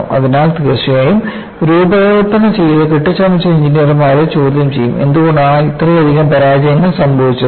അതിനാൽ തീർച്ചയായും രൂപകൽപ്പന ചെയ്ത് കെട്ടിച്ചമച്ച എഞ്ചിനീയർമാരെ ചോദ്യം ചെയ്യും എന്തുകൊണ്ടാണ് ഇത്രയധികം പരാജയങ്ങൾ സംഭവിച്ചത്